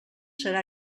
serà